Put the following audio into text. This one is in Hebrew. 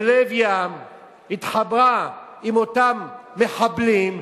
בלב ים התחברה עם אותם מחבלים.